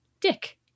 dick